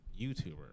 YouTuber